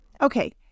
Okay